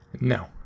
No